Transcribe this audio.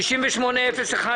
בקשה מס' 54-040 אושרה.